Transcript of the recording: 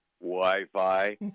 wi-fi